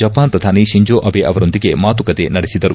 Japan ಪ್ರಧಾನಿ Shinzo Abe ಅವರೊಂದಿಗೆ ಮಾತುಕತೆ ನಡೆಸಿದರು